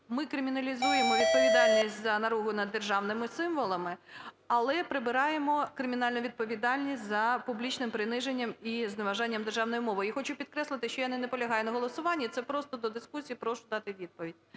ми криміналізуємо відповідальність за наругу над державними символами, але прибираємо кримінальну відповідальність за публічне приниження і зневажання державної мови. Я хочу підкреслити, що я не наполягаю на голосуванні, це просто до дискусії, прошу дати відповідь.